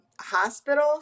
hospitals